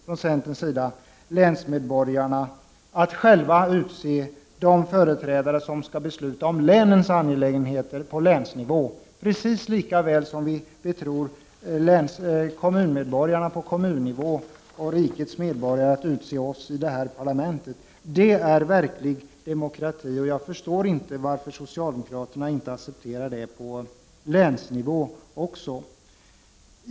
Från centerns sida betror vi länsmedborgarna att själva kunna utse de företrädare som skall besluta om länens angelägenheter på länsnivå, på samma sätt som vi betror kommunmedborgarna på kommunnivå och rikets medborgare när det gäller att utse oss i det här parlamentet. Detta är verklig demokrati, och jag förstår inte varför socialdemokraterna inte accepterar den principen också på länsnivå.